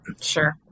Sure